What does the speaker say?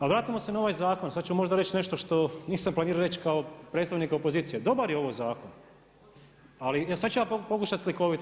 Ali vratimo se na ovaj zakon, sada ću možda reći nešto što nisam planirao reći kao predstavnik opozicije, dobar je ovo zakon ali sada ću ja pokušati slikovito.